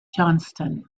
johnston